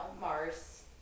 Mars